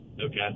Okay